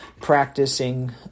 practicing